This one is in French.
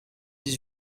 dix